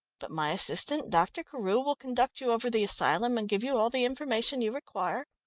but my assistant, dr. carew, will conduct you over the asylum and give you all the information you require.